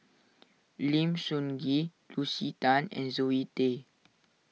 Lim Sun Gee Lucy Tan and Zoe Tay